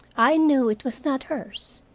i knew it was not hers.